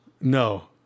No